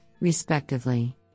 respectively